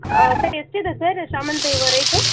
sir ಎಷ್ಟಿದೆ sir ಶಾಮಂತೆ ಹೂವು ರೇಟು